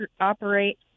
operate